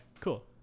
cool